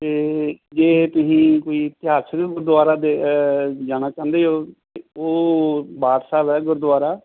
ਅਤੇ ਜੇ ਤੁਸੀਂ ਕੋਈ ਇਤਿਹਾਸਿਕ ਗੁਰਦੁਆਰਾ ਦੇ ਜਾਣਾ ਚਾਹੁੰਦੇ ਹੋ ਉਹ ਬਾਠ ਸਾਹਿਬ ਹੈ ਗੁਰਦੁਆਰਾ